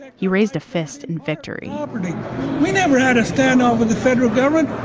he raised a fist in victory we never had a standoff with the federal government.